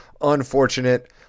unfortunate